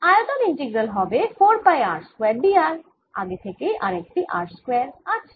আয়তন ইন্টিগ্রাল হবে 4 pi r square dr আগে থেকেই আরেকটি r স্কয়ার আছে